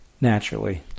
Naturally